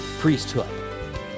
priesthood